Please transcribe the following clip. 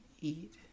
eat